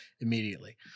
immediately